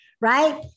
Right